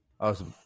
Awesome